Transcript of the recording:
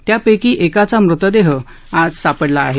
त्यापैकी एकाचा म़तदेह आज सापडला आहे